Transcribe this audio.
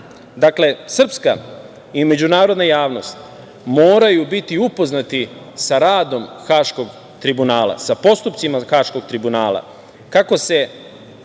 srpska i međunarodna javnost moraju biti upoznati sa radom Haškog tribunala, sa postupcima Haškog tribunala, kako se